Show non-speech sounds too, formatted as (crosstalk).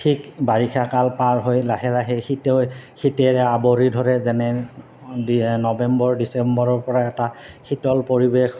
ঠিক বাৰিষা কাল পাৰ হৈ লাহে লাহে শীতে শীতেৰে আৱৰি ধৰে যেনে (unintelligible) নৱেম্বৰ ডিচেম্বৰৰপৰা এটা শীতল পৰিৱেশ